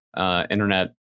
internet